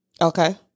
Okay